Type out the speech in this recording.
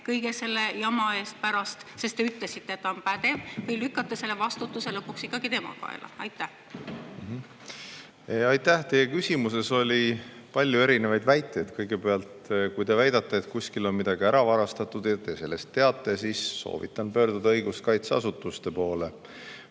kõige selle jama eest pärast, sest te ütlesite, et ta on pädev, või lükkate selle vastutuse lõpuks ikkagi tema kaela? Aitäh! Teie küsimuses oli palju erinevaid väiteid. Kõigepealt, kui te väidate, et kuskil on midagi ära varastatud ja te sellest teate, siis soovitan pöörduda õiguskaitseasutuste poole.